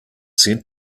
sent